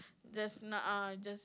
just nah uh just